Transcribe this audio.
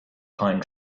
pine